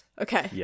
Okay